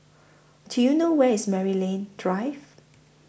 Do YOU know Where IS Maryland Drive